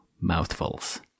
mouthfuls